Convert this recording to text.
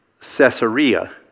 Caesarea